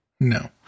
No